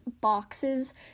boxes